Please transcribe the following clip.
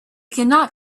cannot